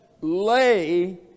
lay